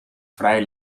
vrij